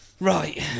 right